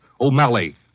O'Malley